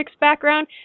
background